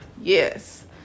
yes